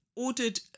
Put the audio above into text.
ordered